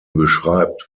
beschreibt